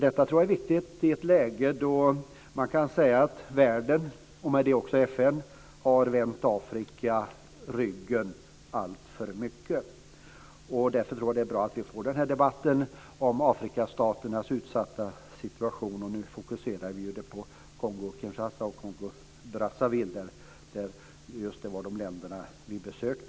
Detta tror jag är viktigt i ett läge då man kan säga att världen, och med den också FN, har vänt Afrika ryggen alltför mycket. Därför tror jag att det är bra att vi får den här debatten om Afrikastaternas utsatta situation. Nu fokuseras den på Kongo Kinshasa och Kongo-Brazzaville eftersom det var de länderna som vi besökte.